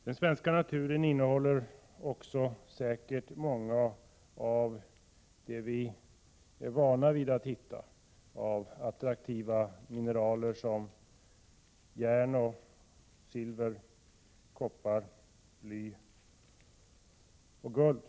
Den svenska naturen innehåller säkert också mer än som hittills är bekant av många kända mineraler. Det gäller då attraktiva mineraler såsom järn, silver, koppar, bly och guld.